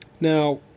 Now